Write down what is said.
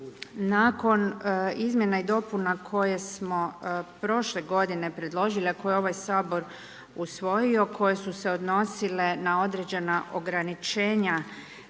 nakon izmjena i dopuna koje smo prošle godine predložili a koje je ovaj Sabor usvojio, koje su se odnosile na određena ograničenja